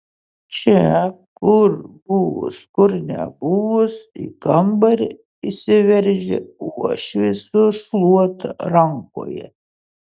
čia kur buvus kur nebuvus į kambarį įsiveržia uošvė su šluota rankoje